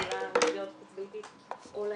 למסגרת חוץ ביתית או ליחידות.